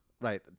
Right